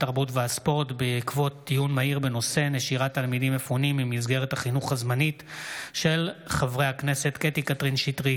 התרבות והספורט בעקבות דיון מהיר בהצעתם של חברי הכנסת קטי קטרין שטרית,